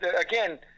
Again